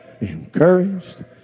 encouraged